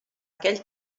aquell